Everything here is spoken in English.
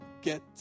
get